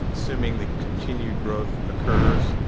assuming the continued growth occurs,